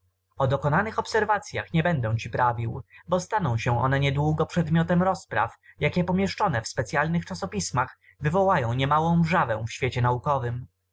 ekskursyi o dokonanych obserwacyach nie będę ci prawił bo staną się one niedługo przedmiotem rozpraw jakie pomieszczone w specyalnych czasopismach wywołają niemałą wrzawę w świecie